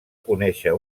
conèixer